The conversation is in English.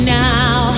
now